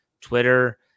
Twitter